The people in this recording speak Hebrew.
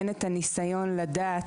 אין את הניסיון לדעת,